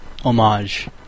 homage